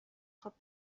خواب